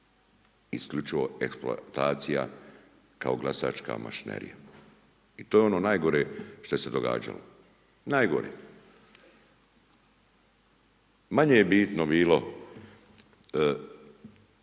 Isključivo eksploatacija, kao glasačka mašinerija. I to je ono najgore što se događalo, najgore. Manje je bitno bilo